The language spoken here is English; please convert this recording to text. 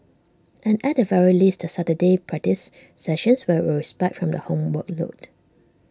and at the very least the Saturday practice sessions were A respite from the homework load